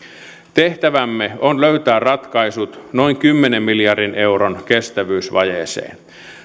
tehtävämme on löytää ratkaisut noin kymmenen miljardin euron kestävyysvajeeseen